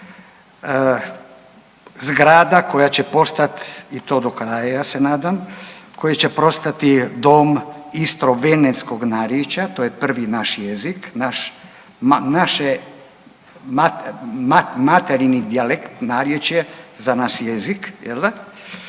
zgrada koja će postati i to do kraja ja se nadam, koja će postati dom istrovenetskog narječaja, to je prvi naš jezik, naše materinji dijalekt narječje za naš jezik